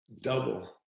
double